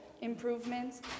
improvements